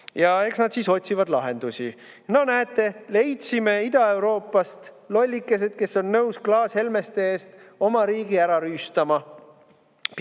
Ja eks nad siis otsivad lahendusi. Näete, leidsime Ida-Euroopast lollikesed, kes on nõus laskma klaashelmeste eest oma riigi ära rüüstata. Pikk